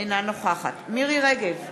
אינה נוכחת מירי רגב,